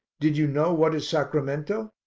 did you know what is sacramento?